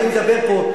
אני מדבר פה,